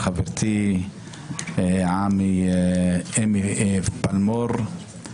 חברתי אמי פלמור,